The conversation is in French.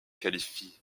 qualifie